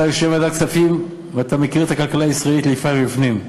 אתה יושב בוועדת כספים ואתה מכיר את הכלכלה הישראלית לפני ולפנים.